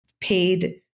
paid